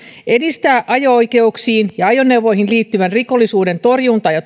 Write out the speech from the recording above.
edistää ajo oikeuksiin ja ajoneuvoihin liittyvän rikollisuuden torjuntaa ja